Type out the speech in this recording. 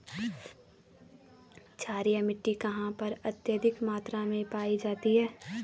क्षारीय मिट्टी कहां पर अत्यधिक मात्रा में पाई जाती है?